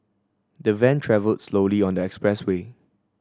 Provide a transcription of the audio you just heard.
the van travelled slowly on the expressway